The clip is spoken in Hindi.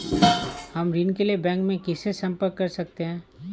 हम ऋण के लिए बैंक में किससे संपर्क कर सकते हैं?